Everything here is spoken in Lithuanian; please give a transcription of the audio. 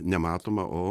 nematoma o